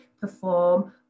perform